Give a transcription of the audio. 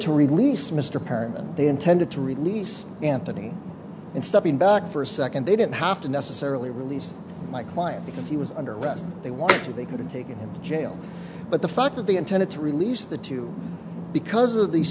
to release mr perelman they intended to release anthony and stepping back for a second they didn't have to necessarily release my client because he was under arrest they wanted to they could have taken him to jail but the fact that they intended to release the two because of the